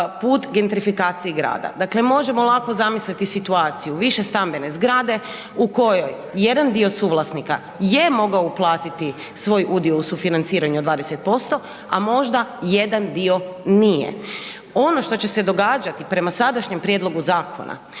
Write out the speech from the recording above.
put gentrifikaciji grada. Dakle možemo lako zamisliti situaciju, višestambene zgrade u kojoj jedan dio suvlasnika je mogao uplatiti svoj udio u sufinanciranju od 20%, a možda jedan dio nije. Ono što će se događati prema sadašnjem prijedlogu zakona